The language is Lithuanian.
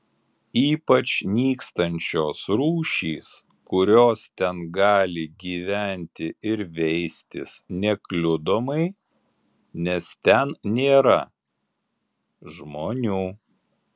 ypač nykstančios rūšys kurios ten gali gyventi ir veistis nekliudomai nes ten nėra žmonių